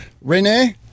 Rene